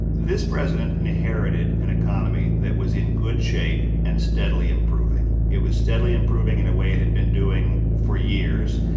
this president inherited an economy that was in good shape and steadily improving. it was steadily improving in a way it had been doing for years.